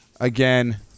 again